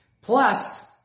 Plus